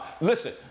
Listen